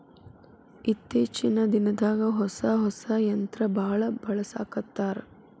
ಇತ್ತೇಚಿನ ದಿನದಾಗ ಹೊಸಾ ಹೊಸಾ ಯಂತ್ರಾ ಬಾಳ ಬಳಸಾಕತ್ತಾರ